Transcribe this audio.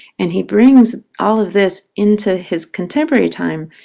and he brings all of this into his contemporary time,